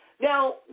Now